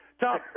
Tom